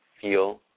feel